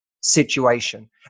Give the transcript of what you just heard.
situation